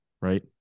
right